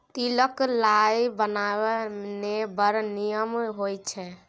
तिल क लाय बनाउ ने बड़ निमन होए छै